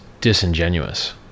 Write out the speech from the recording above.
disingenuous